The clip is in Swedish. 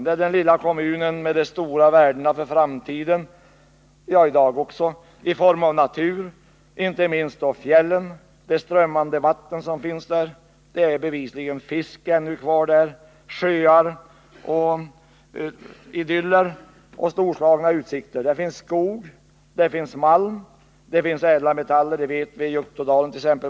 Sorsele är den lilla kommunen med de stora värdena för framtiden — ja, i dag också —-i form av storslagen natur, inte minst då i fjällen, med de strömmande vattnen som finns där, bevisligen fortfarande med mycket fisk i, med sjöar, idyller och storslagna utsikter. Där finns skog, där finns malm, där finns ädla metaller, t.ex. i Juktådalen.